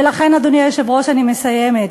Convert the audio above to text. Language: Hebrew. ולכן, אדוני היושב-ראש, אני מסיימת,